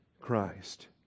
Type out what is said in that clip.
Christ